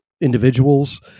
individuals